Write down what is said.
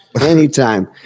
Anytime